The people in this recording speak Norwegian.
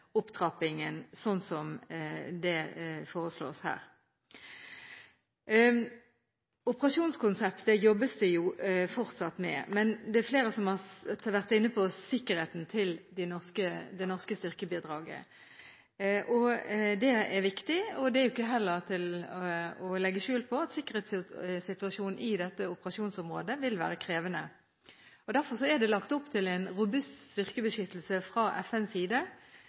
opptrappingen. Det jobbes fortsatt med operasjonskonseptet, men det er flere som har vært inne på sikkerheten til det norske styrkebidraget. Det er viktig, og det er heller ikke til å legge skjul på at sikkerhetssituasjonen i dette operasjonsområdet vil være krevende. Derfor er det lagt opp til en robust styrkebeskyttelse fra FNs side.